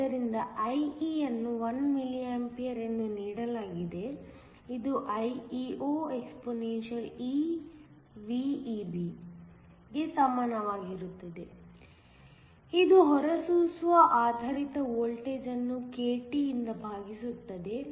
ಆದ್ದರಿಂದ IE ಅನ್ನು 1 mA ಎಂದು ನೀಡಲಾಗಿದೆ ಇದು IEO exp ಗೆ ಸಮನಾಗಿರುತ್ತದೆ ಇದು ಹೊರಸೂಸುವ ಆಧಾರಿತ ವೋಲ್ಟೇಜ್ ಅನ್ನು k T ಯಿಂದ ಭಾಗಿಸುತ್ತದೆ